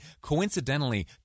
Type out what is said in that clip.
Coincidentally